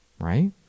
right